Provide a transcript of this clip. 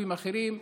לגופים אחרים,